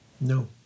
No